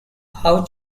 how